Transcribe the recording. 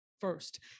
first